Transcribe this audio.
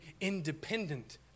independent